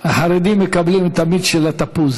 החרדים מקבלים את המיץ של התפוז